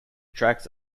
tracks